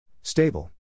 Stable